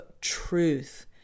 truth